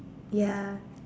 ya